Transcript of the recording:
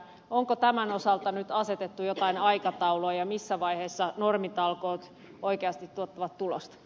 onko tämän osalta nyt asetettu jotain aikataulua ja missä vaiheessa normitalkoot oikeasti tuottavat tulosta